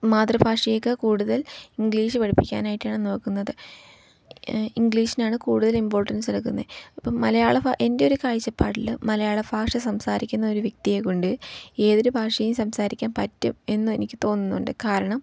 മാതൃഭാഷയൊക്കെ കൂടുതൽ ഇംഗ്ലീഷ് പഠിപ്പിക്കാനായിട്ടാണ് നോക്കുന്നത് ഇംഗ്ലീഷിനാണ് കൂടുതൽ ഇമ്പോർട്ടൻസ് കൊടുക്കുന്നത് ഇപ്പം മലയാള ഫാ എൻ്റെയൊരു കാഴ്ചപ്പാടിൽ മലയാള ഭാഷ സംസാരിക്കുന്ന ഒരു വ്യക്തിയെ കൊണ്ട് ഏതൊരു ഭാഷയും സംസാരിക്കാൻ പറ്റും എന്ന് എനിക്ക് തോന്നുന്നുണ്ട് കാരണം